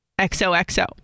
XOXO